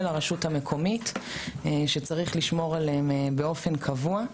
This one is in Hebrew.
הרשות המקומית שצריך לשמור עליהם באופן קבוע.